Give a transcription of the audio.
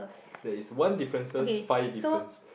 there is one differences five difference